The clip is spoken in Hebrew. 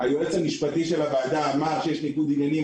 היועץ המשפטי של הוועדה אמר שיש ניגוד עניינים.